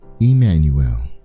Emmanuel